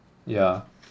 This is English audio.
yeah